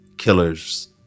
killers